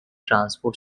transport